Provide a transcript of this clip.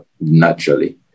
naturally